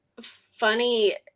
funny